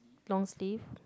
long sleeve